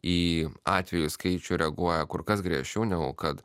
į atvejų skaičių reaguoja kur kas griežčiau negu kad